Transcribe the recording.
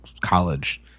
college